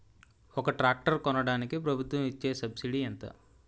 ఒక ట్రాక్టర్ కొనడానికి ప్రభుత్వం ఇచే సబ్సిడీ ఎంత?